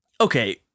okay